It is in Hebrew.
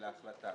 ההחלטה.